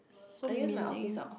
so meaning